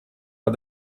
pas